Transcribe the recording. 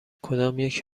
کدامیک